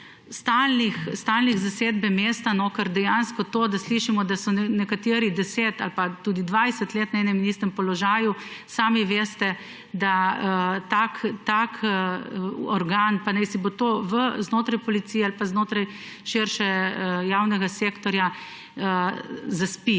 stalnih zasedb mesta, ker dejansko slišimo, da so nekateri 10 ali pa tudi 20 let na enem in istem položaju. Sami pa veste, da tak organ, pa naj si bo to znotraj policije ali pa znotraj širšega javnega sektorja, zaspi.